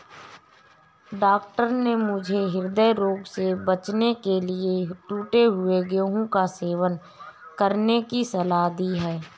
doctor ने मुझे हृदय रोग से बचने के लिए टूटे हुए गेहूं का सेवन करने की सलाह दी है